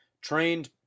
trained